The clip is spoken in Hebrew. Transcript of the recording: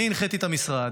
אני הנחיתי את המשרד: